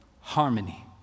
Harmony